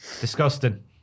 Disgusting